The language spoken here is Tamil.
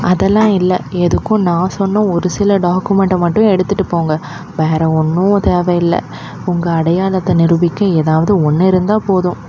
அதெல்லாம் இல்லை எதுக்கும் நான் சொன்ன ஒரு சில டாக்குமெண்ட்டை மட்டும் எடுத்துகிட்டு போங்க வேறு ஒன்றும் தேவையில்லை உங்கள் அடையாளத்தை நிரூபிக்க ஏதாவது ஒன்று இருந்தால் போதும்